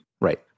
Right